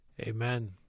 Amen